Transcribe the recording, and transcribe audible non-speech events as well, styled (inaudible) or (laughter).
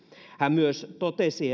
hän myös totesi (unintelligible)